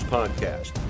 Podcast